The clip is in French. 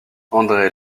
andré